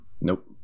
Nope